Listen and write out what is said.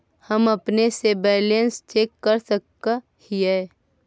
हम अपने से बैलेंस चेक कर सक हिए?